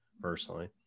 personally